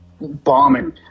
bombing